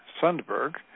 Sundberg